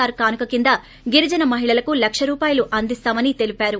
are కానుక కింద గిరిజన మహిళలకు లక్ష రూపాయలు అందిస్తామని ఆమె తెలిపారు